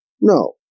No